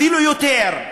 אפילו יותר.